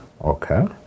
Okay